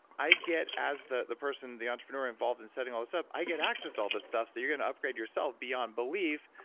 i get as the the person the entrepreneur involved in setting all this up, i get access to all this stuff. so you're going to upgrade yourself beyond belief,